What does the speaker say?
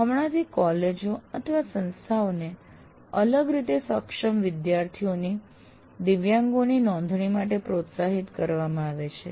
હમણાંથી કોલેજો સંસ્થાઓને અલગ રીતે સક્ષમ વિદ્યાર્થીઓની દિવ્યાંગોની નોંધણી માટે પ્રોત્સાહિત કરવામાં આવે છે